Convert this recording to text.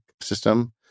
system